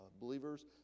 believers